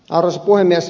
arvoisa puhemies